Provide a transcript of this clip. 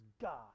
God